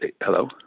Hello